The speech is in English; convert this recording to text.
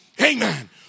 Amen